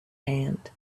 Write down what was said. hand